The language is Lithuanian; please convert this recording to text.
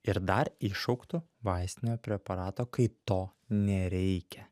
ir dar iššauktu vaistinio preparato kai to nereikia